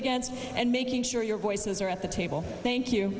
against and making sure your voices are at the table thank you